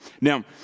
Now